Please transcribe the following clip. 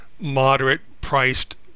moderate-priced